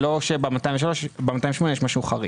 זה לא שיש משהו חריג ב-208.